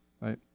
right